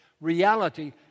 reality